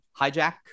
hijack